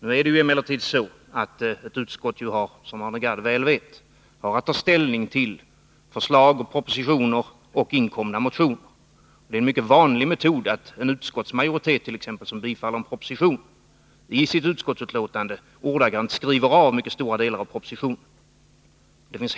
Nu är det emellertid så att ett utskott, som Arne Gadd mycket väl vet, ju bara har att ta ställning till förslag, propositioner och motioner. Det är en mycket vanlig metod att en utskottsmajoritet, som t.ex. tillstyrker en proposition, i sitt betänkande ordagrant skriver av mycket stora delar av propositionen.